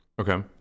Okay